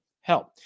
help